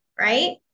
Right